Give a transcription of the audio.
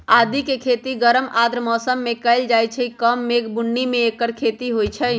आदिके खेती गरम आर्द्र मौसम में कएल जाइ छइ कम मेघ बून्नी में ऐकर खेती होई छै